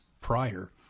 prior